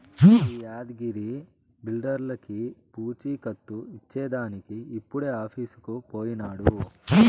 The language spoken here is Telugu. ఈ యాద్గగిరి బిల్డర్లకీ పూచీకత్తు ఇచ్చేదానికి ఇప్పుడే ఆఫీసుకు పోయినాడు